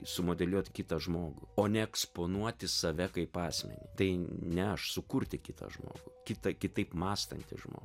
sumodeliuot kitą žmogų o ne eksponuoti save kaip asmenį tai ne aš sukurti kitą žmogų kitą kitaip mąstantį žmogų